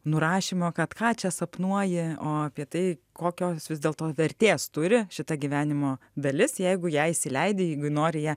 nurašymo kad ką čia sapnuoji o apie tai kokios vis dėlto vertės turi šita gyvenimo dalis jeigu ją įsileidi jeigu nori ją